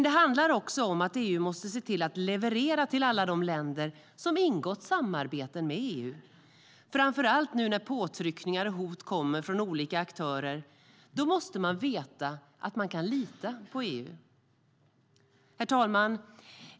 Det handlar också om att EU måste se till att leverera till alla de länder som har ingått samarbeten med EU. Framför allt nu, när påtryckningar och hot kommer från olika aktörer, måste man veta att man kan lita på EU. Herr talman!